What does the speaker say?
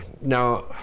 now